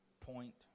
point